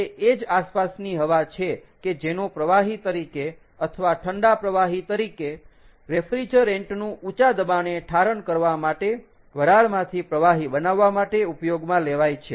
તે એ જ આસપાસની હવા છે કે જેનો પ્રવાહી તરીકે અથવા ઠંડા પ્રવાહી તરીકે રેફ્રીજરેન્ટ નું ઊંચા દબાણે ઠારણ કરવા માટે વરાળમાંથી પ્રવાહી બનાવવા માટે ઉપયોગમાં લેવાય છે